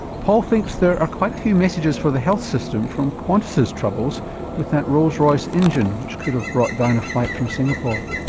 paul thinks there are quite a few messages for the health system from qantas's troubles with that rolls royce engine which could have brought down a flight from singapore.